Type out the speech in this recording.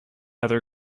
other